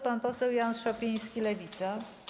Pan poseł Jan Szopiński, Lewica.